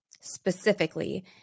specifically